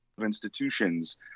Institutions